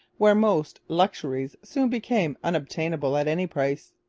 where most luxuries soon became unobtainable at any price.